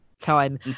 time